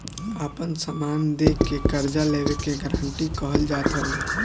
आपन समान दे के कर्जा लेवे के गारंटी कहल जात हवे